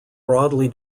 broadly